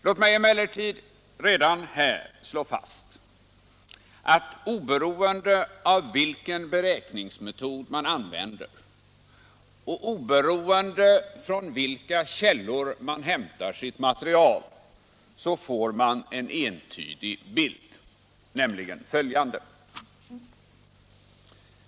Låt mig emellertid redan här slå fast att oberoende av vilken beräkningsmetod man använder och oberoende av från vilken källa man hämtar sitt material får man en entydig bild, nämligen följande.